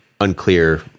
unclear